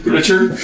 Richard